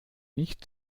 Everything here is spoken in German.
nicht